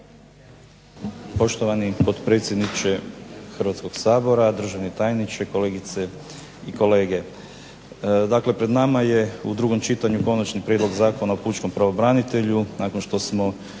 Poštovani potpredsjedniče Hrvatskog sabora, državni tajniče, kolegice i kolege. Dakle pred nama je u drugom čitanju Konačni prijedlog Zakona o pučkom pravobranitelju, nakon što smo